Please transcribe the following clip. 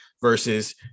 versus